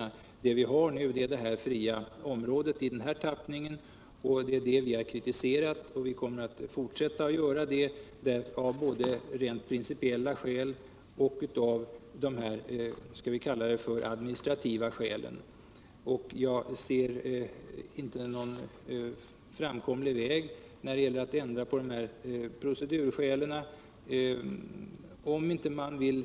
Vad vi nu har är det fria området i dess nuvarande tappning, och det är det vi har kritiserat. Vi kommer att fortsätta att göra det, både av rent principiella skäl och av vad jag vill kalla de administrativa skälen. Jag ser inte någon framkomlig väg att ändra procedurskälen, om man inte vill